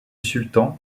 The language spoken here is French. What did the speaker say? sultan